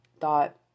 thought